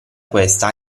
questa